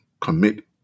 commit